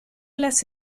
las